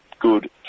good